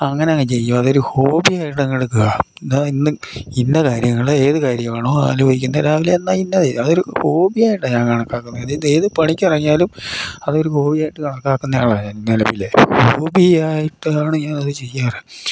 അങ്ങനങ്ങു ചെയ്യും അതൊരു ഹോബിയായിട്ടങ്ങെടുക്കാ ഇന്ന് ഇന്ന കാര്യങ്ങൾ ഏത് കാര്യമാണോ ആലോചിക്കുന്നത് രാവിലെ എന്നാ ഇന്നത് ചെയ്യാം അതൊരു ഹോബിയായിട്ടാ ഞാൻ കണക്കാക്കുന്നത് ഏത് പണിക്കിറങ്ങിയാലും അതൊരു ഹോബിയായിട്ട് കണക്കാക്കുന്നയാളാണ് ഞാൻ നിലവിൽ ഹോബിയായിട്ടാണ് ഞാൻ ആത് ചെയ്യാറ്